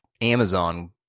Amazon